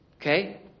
Okay